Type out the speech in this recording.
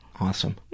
Awesome